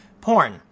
porn